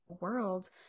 world